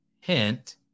hint